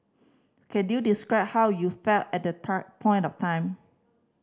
can you describe how you felt at point of time